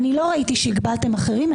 לא ראיתי שהגבלתם אחרים.